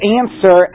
answer